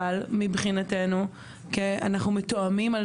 אבל מבחינתנו אנחנו מתואמים,